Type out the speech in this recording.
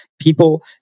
people